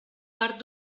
part